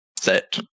set